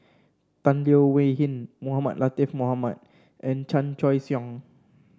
Tan Leo Wee Hin Mohamed Latiff Mohamed and Chan Choy Siong